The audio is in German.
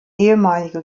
ehemalige